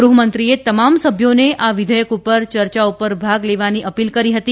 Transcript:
ગૃહમંત્રીએ તમામ સભ્યોને આ વિધેયક પર ચર્ચા પર ભાગ લેવાની અપીલ કરી હતી